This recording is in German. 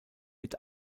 mit